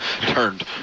turned